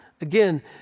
again